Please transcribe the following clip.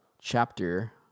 chapter